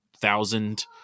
thousand